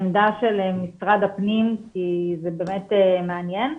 העמדה של משרד הפנים, כי זה באמת מעניין.